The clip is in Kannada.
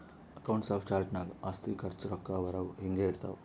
ಅಕೌಂಟ್ಸ್ ಆಫ್ ಚಾರ್ಟ್ಸ್ ನಾಗ್ ಆಸ್ತಿ, ಖರ್ಚ, ರೊಕ್ಕಾ ಬರವು, ಹಿಂಗೆ ಇರ್ತಾವ್